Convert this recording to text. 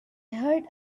heard